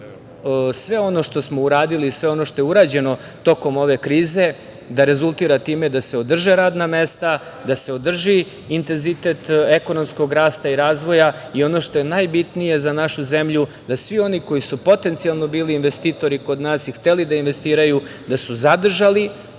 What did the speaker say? da sve ono što smo uradili i sve ono što je urađeno tokom ove krize, da rezultira time da se održe radna mesta, da se održi intenzitet ekonomskog rasta i razvoja i ono što je najbitnije za našu zemlju, da svi oni koji su potencijalno bili investitori kod nas i hteli da investiraju, da su zadržali